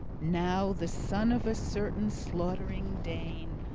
now, the son of a certain slaughtering dane,